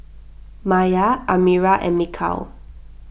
Maya Amirah and Mikhail